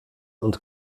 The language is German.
und